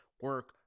Work